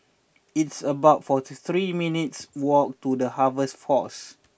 it's about forty three minutes' walk to The Harvest Force